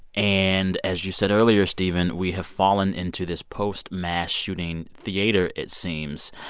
and as you said earlier, stephen, we have fallen into this post-mass shooting theater it seems.